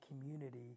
community